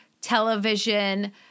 television